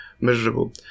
miserable